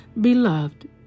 Beloved